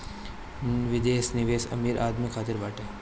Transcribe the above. विदेश निवेश अमीर आदमी खातिर बाटे